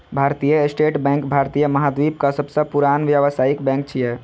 भारतीय state bank भारतीय महाद्वीपक सबसं पुरान व्यावसायिक बैंक छियै